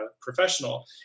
professional